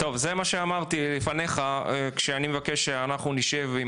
זה מה שאמרתי לפניך כשאני מבקש שאנחנו נשב עם